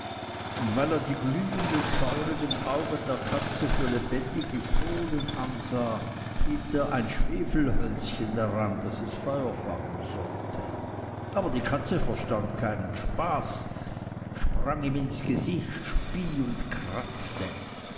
und weil er die glühenden feurigen augen der katze für lebendige kohlen ansah hielt er ein schwefelhölzchen daran daß es feuer fangen sollte aberdie katze verstand keinen spaß sprang ihm ins gesicht spie und kratzte